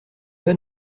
pas